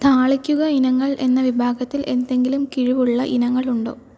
താളിക്കുക ഇനങ്ങൾ എന്ന വിഭാഗത്തിൽ എന്തെങ്കിലും കിഴിവുള്ള ഇനങ്ങളുണ്ടോ